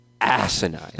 asinine